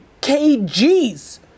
kgs